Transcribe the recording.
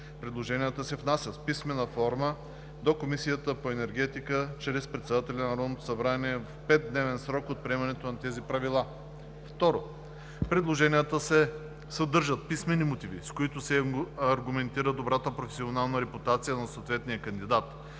Предложенията се внасят в писмена форма до Комисията по енергетика чрез председателя на Народното събрание в 5-дневен срок от приемането на тези правила. 2. В предложенията се съдържат писмени мотиви, с които се аргументира добрата професионална репутация на съответния кандидат.